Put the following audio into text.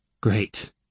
Great